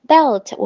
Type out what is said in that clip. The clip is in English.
Belt